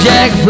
Jack